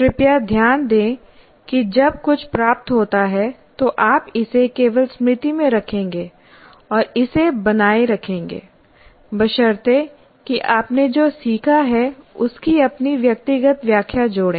कृपया ध्यान दें कि जब कुछ प्राप्त होता है तो आप इसे केवल स्मृति में रखेंगे और इसे बनाए रखेंगे बशर्ते कि आपने जो सीखा है उसकी अपनी व्यक्तिगत व्याख्या जोड़ें